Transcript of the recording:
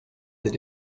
did